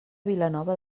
vilanova